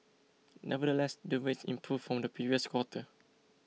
nevertheless the rates improved from the previous quarter